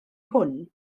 hwn